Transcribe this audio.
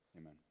amen